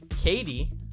Katie